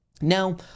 Now